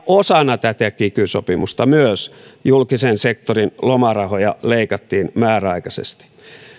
osana tätä kiky sopimusta myös julkisen sektorin lomarahoja leikattiin määräaikaisesti